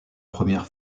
première